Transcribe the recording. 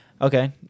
Okay